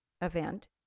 event